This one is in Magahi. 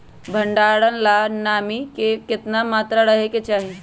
भंडारण ला नामी के केतना मात्रा राहेके चाही?